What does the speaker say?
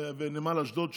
ואת נמל אשדוד,